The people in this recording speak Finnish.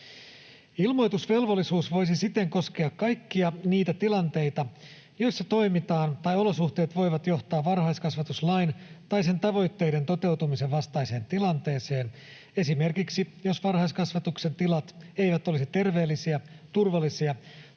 Ilmoitusvelvollisuus voisi siten koskea kaikkia niitä tilanteita, joissa toimitaan varhaiskasvatuslain tai sen tavoitteiden toteutumisen vastaisesti tai olosuhteet voivat johtaa sellaiseen tilanteeseen, esimerkiksi jos varhaiskasvatuksen tilat eivät olisi terveellisiä, turvallisia